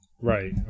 right